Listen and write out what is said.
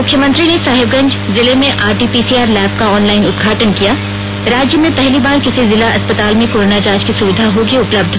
मुख्यमंत्री ने साहेबंगज जिले में आरटीपीसीआर लैब का ऑनलाइन उदघाटन किया राज्य में पहली बार किसी जिला अस्पताल में कोरोना जांच की सुविधा होगी उपलब्ध